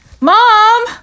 mom